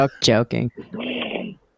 Joking